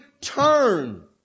turn